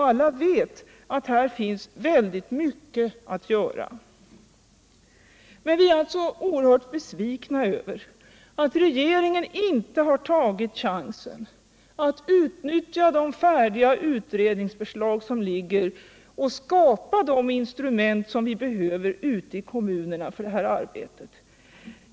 Alla vet att här är mycket att göra. Vi är oerhört besvikna över alt regeringen inte tagit chansen att utnyttja de färdiga utredningsförslag som ligger för att skapa de instrument vi behöver ute i kommunerna för detta arbete.